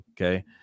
Okay